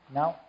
now